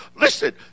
listen